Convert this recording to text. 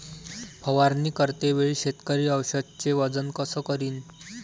फवारणी करते वेळी शेतकरी औषधचे वजन कस करीन?